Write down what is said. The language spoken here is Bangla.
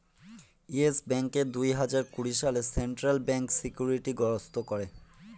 ইয়েস ব্যাঙ্ককে দুই হাজার কুড়ি সালে সেন্ট্রাল ব্যাঙ্ক সিকিউরিটি গ্রস্ত করে